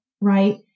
right